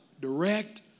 direct